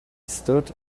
stood